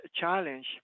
challenge